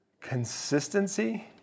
consistency